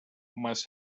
must